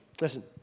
Listen